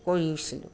কৰিছিলোঁ